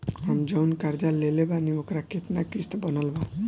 हम जऊन कर्जा लेले बानी ओकर केतना किश्त बनल बा?